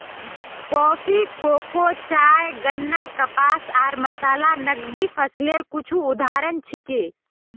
coffee, cocoa, चाय, गन्ना, कपास आर मसाला नकदी फसलेर कुछू उदाहरण छिके